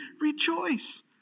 rejoice